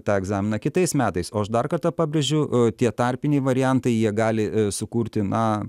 tą egzaminą kitais metais o aš dar kartą pabrėžiu e tie tarpiniai variantai jie gali sukurti na